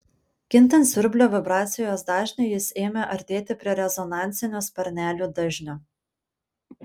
kintant siurblio vibracijos dažniui jis ėmė artėti prie rezonansinio sparnelių dažnio